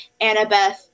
Annabeth